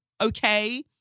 Okay